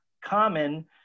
common